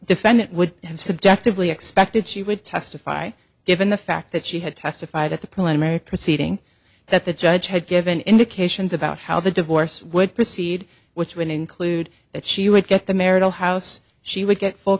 defendant would have subjectively expected she would testify given the fact that she had testified at the preliminary proceeding that the judge had given indications about how the divorce would proceed which would include that she would get the marital house she would get full